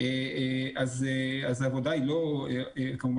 אנחנו רואים כל הזמן